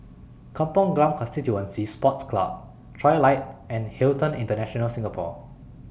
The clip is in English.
Kampong Glam Constituency Sports Club Trilight and Hilton International Singapore